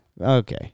Okay